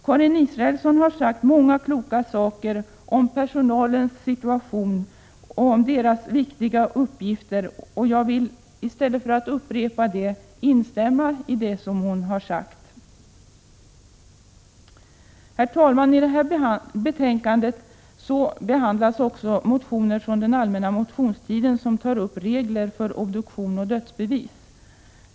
Karin Israelsson har sagt många kloka ord om personalens situation och om deras viktiga uppgifter. I stället för att upprepa detta vill jag instämma i det som hon har sagt. Fru talman!. I detta betänkande behandlas också motioner från den allmänna motionstiden som tar upp regler för obduktion och dödsbevis.